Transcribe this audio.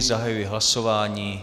Zahajuji hlasování.